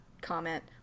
comment